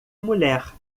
mulher